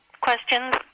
questions